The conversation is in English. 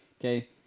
Okay